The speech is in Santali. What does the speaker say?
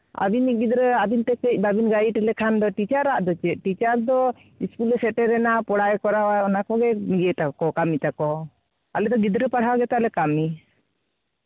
ᱟᱹᱵᱤᱱᱤᱡ ᱜᱤᱫᱽᱨᱟᱹ ᱟᱹᱵᱤᱱ ᱛᱮ ᱡᱩᱫᱤ ᱵᱟᱹᱵᱤᱱ ᱜᱟᱭᱤᱰ ᱞᱮᱠᱷᱟᱱ ᱫᱚ ᱴᱤᱪᱟᱨᱟᱜ ᱫᱚ ᱪᱮᱫ ᱴᱤᱪᱟᱨᱟᱜ ᱫᱚ ᱤᱥᱠᱩᱞᱮ ᱥᱮᱴᱮᱨᱮᱱᱟ ᱯᱚᱲᱟᱭ ᱠᱚᱨᱟᱣᱟ ᱚᱱᱟ ᱠᱚᱜᱮ ᱤᱭᱟᱹ ᱛᱟᱠᱚ ᱠᱟᱹᱢᱤ ᱛᱟᱠᱚ ᱟᱞᱮ ᱫᱚ ᱜᱤᱫᱽᱨᱟᱹ ᱯᱟᱲᱦᱟᱣ ᱜᱮᱛᱟᱞᱮ ᱠᱟᱹᱢᱤ